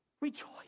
Rejoice